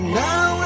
now